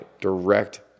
direct